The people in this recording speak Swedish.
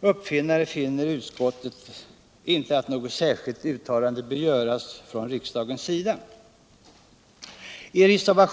uppfinnare finner utskottet att något särskilt uttalande från riksdagens sida inte bör göras.